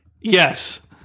Yes